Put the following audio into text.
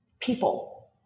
people